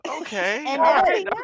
Okay